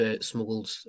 smuggled